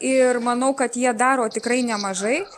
ir manau kad jie daro tikrai nemažai